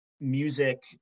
music